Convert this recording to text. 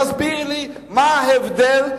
תסבירי לי מה ההבדל,